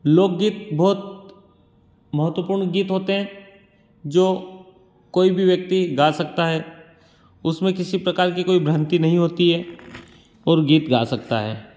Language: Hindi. लोकगीत बहुत महत्वपूर्ण गीत होते हैं जो कोई भी व्यक्ति गा सकता है उसमें किसी प्रकार की कोई भ्रांति नहीं होती है और गीत गा सकता है